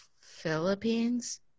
philippines